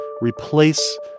replace